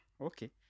okay